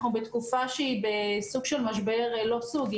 אנחנו בתקופה שהיא בסוג של משבר עולמי